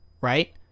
right